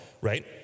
right